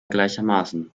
gleichermaßen